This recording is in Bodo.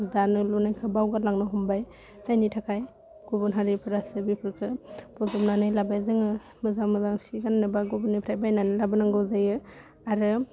दानाय लुनायखौ बावगारलांनो हमबाय जायनि थाखाय गुबुन हारिफ्रासो बेफोरखौ बजबनानै लाबाय जोङो मोजां मोजां जि गान्नोबा गुबुननिफ्राय बायनानै लाबोनांगौ जायो आरो